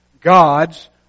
God's